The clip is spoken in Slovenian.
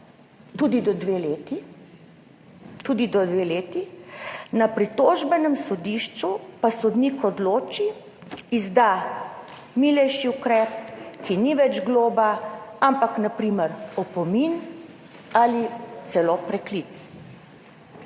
tudi do dve leti, na pritožbenem sodišču pa sodnik odloči, izda milejši ukrep, ki ni več globa, ampak na primer opomin ali celo preklic.